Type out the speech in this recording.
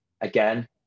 Again